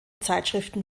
zeitschriften